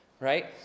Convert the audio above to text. Right